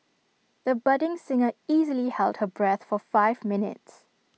the budding singer easily held her breath for five minutes